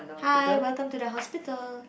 hi welcome to the hospital